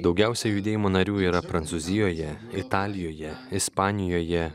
daugiausia judėjimo narių yra prancūzijoje italijoje ispanijoje